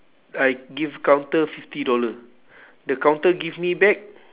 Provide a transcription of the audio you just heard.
I give counter fifty dollar the counter give me back